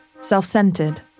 Self-centered